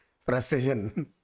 frustration